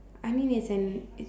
I mean it's an it